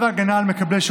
רבותיי,